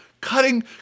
Cutting